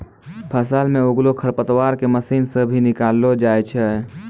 फसल मे उगलो खरपतवार के मशीन से भी निकालो जाय छै